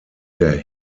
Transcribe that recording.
der